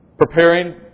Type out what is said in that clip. Preparing